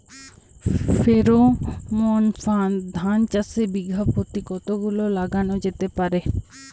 Pheromone ফাঁদ ধান চাষে বিঘা পতি কতগুলো লাগানো যেতে পারে?